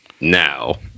now